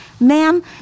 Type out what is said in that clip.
ma'am